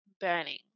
burning